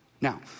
Now